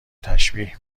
تشبیه